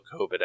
COVID